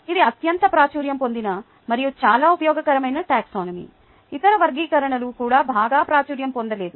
ఇది అత్యంత ప్రాచుర్యం పొందిన మరియు చాలా ఉపయోగకరమైన టాక్సానమీ ఇతర వర్గీకరణలు కూడా బాగా ప్రాచుర్యం పొందలేదు